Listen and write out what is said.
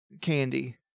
Candy